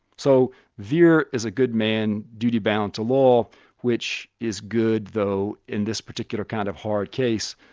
so vere is a good man, duty bound to law which is good though in this particular kind of hard case,